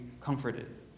comforted